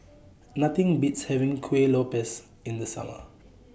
Nothing Beats having Kueh Lopes in The Summer